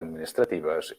administratives